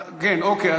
כן, אוקיי.